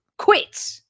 quit